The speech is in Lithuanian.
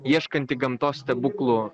ieškantį gamtos stebuklų